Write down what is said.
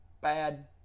bad